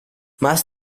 más